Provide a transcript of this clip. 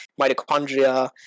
mitochondria